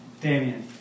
Damien